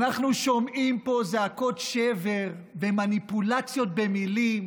אנחנו שומעים פה זעקות שבר ומניפולציות במילים,